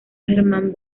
germán